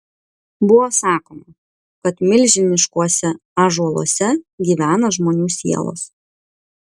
buvo sakoma kad milžiniškuose ąžuoluose gyvena žmonių sielos